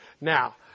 Now